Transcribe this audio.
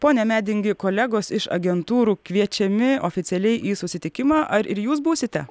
pone medingi kolegos iš agentūrų kviečiami oficialiai į susitikimą ar ir jūs būsite